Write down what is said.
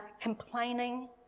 Complaining